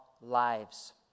lives